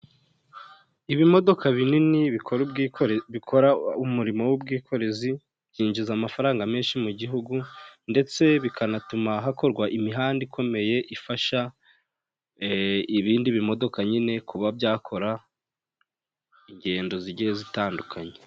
Ibimodoka binini bikora umurimo w'ubwikorezi, byinjiza amafaranga menshi mu gihugu ndetse bikanatuma hakorwa imihanda ikomeye, ifasha ibindi bimodoka nyine kuba byakora ingendo zigiye zitandukanye.